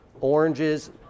Oranges